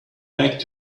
back